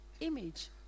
image